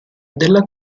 della